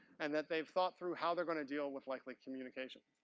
and that they've thought through how they're gonna deal with likely communications,